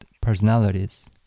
personalities